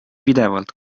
pidevalt